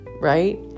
right